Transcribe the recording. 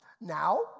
Now